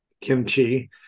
kimchi